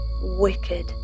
wicked